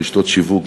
רשתות שיווק,